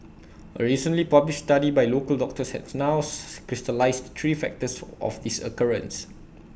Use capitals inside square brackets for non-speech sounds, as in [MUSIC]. A recently published study by local doctors has now [UNINTELLIGIBLE] crystallised three factors of this occurrence